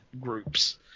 groups